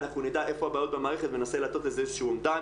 אנחנו נדע איפה הבעיות במערכת וננסה לעשות איזשהו אומדן.